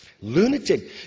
lunatic